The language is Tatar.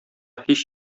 һич